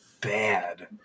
bad